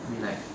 we like